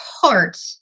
heart